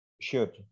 Sure